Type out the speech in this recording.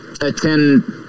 attend